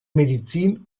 medizin